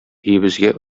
өебезгә